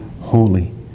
holy